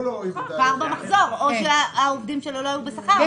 הפער במחזור או שהעובדים שלו לא היו בשכר,